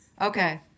Okay